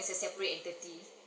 is a separate entity